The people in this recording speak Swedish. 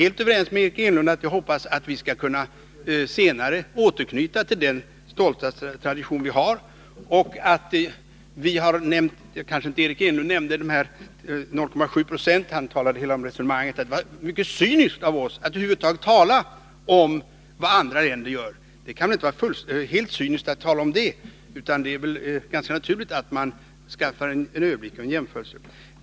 Liksom Eric Enlund hoppas jag att vi skall kunna senare återknyta till den stolta tradition vi har. Eric Enlund kanske inte nämnde siffran 0,7 26, men han talade om att det var cyniskt av oss att över huvud taget nämna vad andra länder gör. Det kan inte vara cyniskt att tala om det, ty det är väl ganska naturligt att man skaffar sig en överblick och gör en jämförelse.